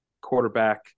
quarterback